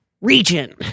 region